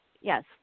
Yes